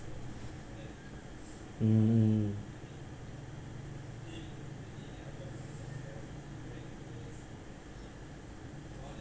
mm